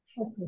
Okay